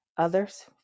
others